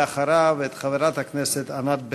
ואחריו, את חברת הכנסת ענת ברקו.